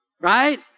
right